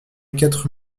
quatre